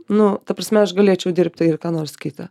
nu ta prasme aš galėčiau dirbti it ką nors kita